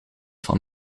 van